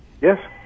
Yes